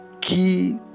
key